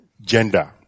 gender